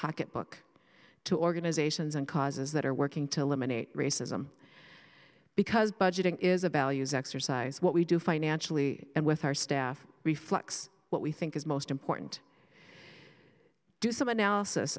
pocketbook to organizations and causes that are working to eliminate racism because budgeting is about exercise what we do financially and with our staff reflects what we think is most important do some analysis